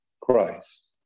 Christ